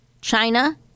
China